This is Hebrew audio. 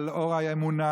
על אור האמונה,